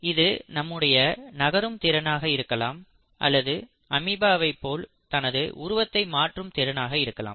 இது நம்முடைய நகரும் திறன் ஆக இருக்கலாம் அல்லது அமீபாவை போல் தனது உருவத்தை மாற்றும் திறனாக இருக்கலாம்